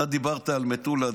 אתה דיברת על מטולה.